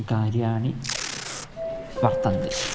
कार्याणि वर्तन्ते